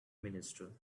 minister